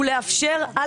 אחד,